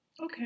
Okay